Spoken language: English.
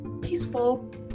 peaceful